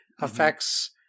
affects